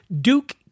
Duke